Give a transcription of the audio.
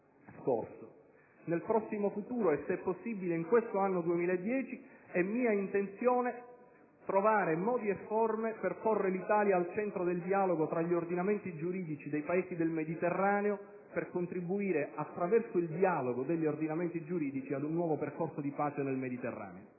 Nel prossimo futuro - e, se possibile, in quest'anno 2010 - è mia intenzione trovare modi e forme per porre l'Italia al centro del dialogo tra gli ordinamenti giuridici dei Paesi del Mediterraneo per contribuire, attraverso tale dialogo, ad un nuovo percorso di pace nell'area.